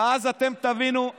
ואז אתם תבינו,